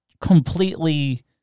completely